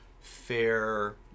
fair